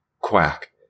Quack